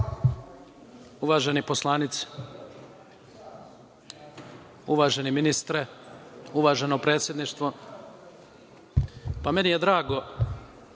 Uvaženi poslanici, uvaženi ministre, uvaženo predsedništvo, meni je drago